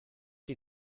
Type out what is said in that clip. die